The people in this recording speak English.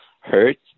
hurt